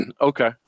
Okay